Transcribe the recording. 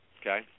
Okay